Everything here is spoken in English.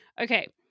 Okay